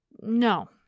No